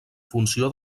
funció